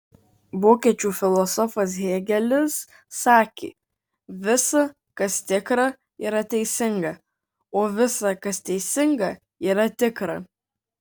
vokiečių filosofas hėgelis sakė visa kas tikra yra teisinga o visa kas teisinga yra tikra